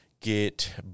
get